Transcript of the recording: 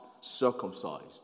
circumcised